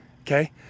Okay